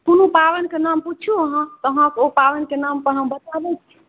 कोनो पाबनिके नाम पूछू अहाँ तऽ अहाँके ओ पाबनिके नामपर हम बताबै छी